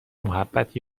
محبت